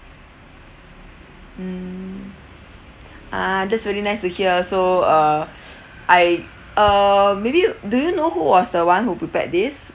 mm ah that's really nice to hear also uh I uh maybe you do you know who was the one who prepared this